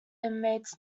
inmates